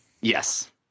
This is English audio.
Yes